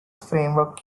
framework